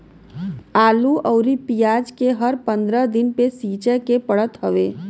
आलू अउरी पियाज के हर पंद्रह दिन पे सींचे के पड़त हवे